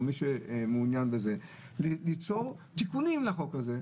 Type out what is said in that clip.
או מי שמעוניין בזה, ליצור תיקונים לחוק הזה.